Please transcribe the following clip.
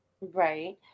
Right